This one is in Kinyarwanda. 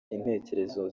intekerezo